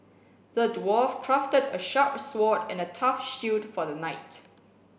the dwarf crafted a sharp sword and a tough shield for the knight